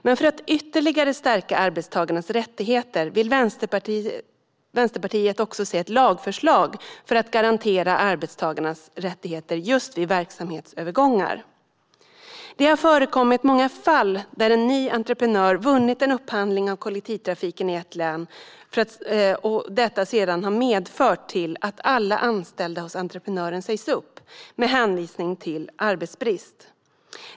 Men för att ytterligare stärka arbetstagarnas rättigheter vill Vänsterpartiet se ett lagförslag som handlar om att garantera arbetstagarnas rättigheter just vid verksamhetsövergångar. Det har förekommit många fall där en ny entreprenör har vunnit en upphandling av kollektivtrafiken i ett län och detta sedan har medfört att alla anställda hos den tidigare entreprenören har sagts upp med hänvisning till arbetsbrist.